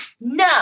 no